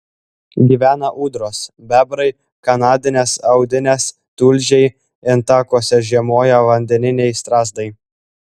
gyvena ūdros bebrai kanadinės audinės tulžiai intakuose žiemoja vandeniniai strazdai